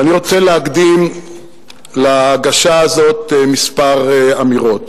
ואני רוצה להקדים להגשה הזאת כמה אמירות.